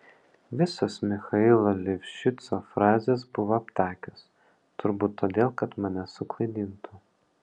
visos michailo livšico frazės buvo aptakios turbūt todėl kad mane suklaidintų